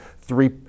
three